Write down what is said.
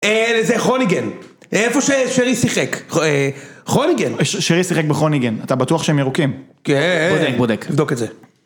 זה חוניגן, איפה ששרי שיחק, חוניגן. ששרי שיחק בחוניגן, אתה בטוח שהם ירוקים? כן. בודק, בודק. בדוק את זה.